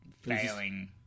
failing